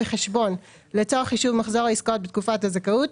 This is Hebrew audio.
בחשבון לצורך חישוב מחזור העסקאות בתקופת הזכאות,